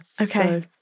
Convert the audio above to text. Okay